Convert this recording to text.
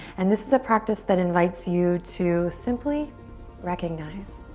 and this is a practice that invites you to simply recognize.